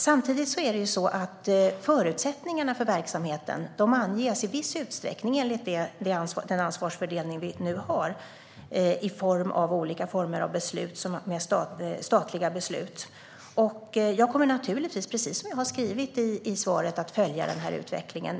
Samtidigt avgörs förutsättningarna för verksamheten i viss utsträckning av den ansvarsfördelning vi nu har i form av olika statliga beslut. Jag kommer naturligtvis, precis som jag har svarat, att följa denna utveckling.